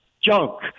junk